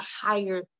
higher